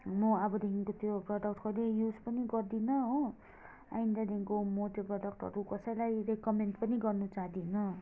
म अबदेखिको त्यो प्रोडक्ट कहिले युस पनि गर्दिनँ हो आइन्दादेखिको म त्यो प्रोडक्टहरू कसैलाई रेकमेन्ट नि गर्नु चाहदिनँ